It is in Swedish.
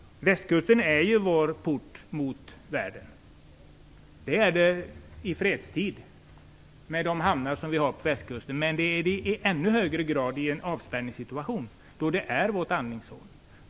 Västkusten är Sveriges port mot världen. Så är det i fredstid med de hamnar som finns på Västkusten och så är det i ännu högre grad i en avspärrningssituation då Västkusten är vårt andningshål.